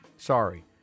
sorry